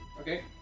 Okay